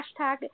hashtag